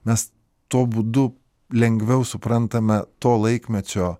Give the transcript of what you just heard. nes tuo būdu lengviau suprantame to laikmečio